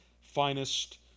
finest